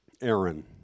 Aaron